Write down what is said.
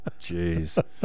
Jeez